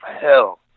hell